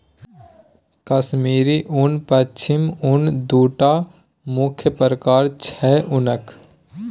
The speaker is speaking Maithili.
कश्मीरी उन, पश्मिना उन दु टा मुख्य प्रकार छै उनक